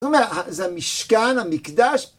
זאת אומרת, זה המשכן, המקדש.